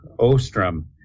Ostrom